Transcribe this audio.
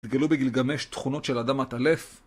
גילו בגילגמש תכונות של אדם עטלף.